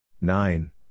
nine